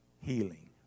healing